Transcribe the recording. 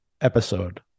episode